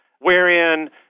wherein